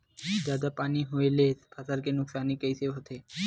जादा पानी होए ले फसल के नुकसानी कइसे होथे?